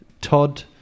Todd